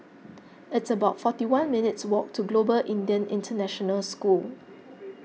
it's about forty one minutes' walk to Global Indian International School